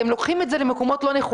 אתם לוקחים את זה למקומות לא נכונים.